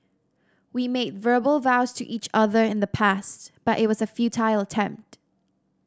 we made verbal vows to each other in the past but it was a futile attempt